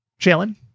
Jalen